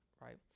Right